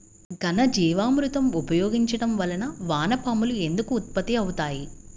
ఘనజీవామృతం ఉపయోగించటం వలన వాన పాములు ఎందుకు ఉత్పత్తి అవుతాయి?